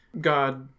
God